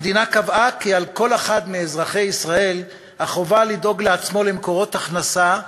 המדינה קבעה כי על כל אחד מאזרחי ישראל חובה לדאוג לעצמו למקורות הכנסה,